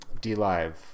DLive